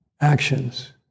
actions